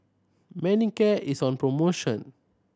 Manicare is on promotion